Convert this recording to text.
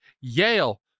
Yale